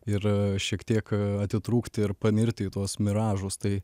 ir šiek tiek atitrūkti ir panirti į tuos miražus tai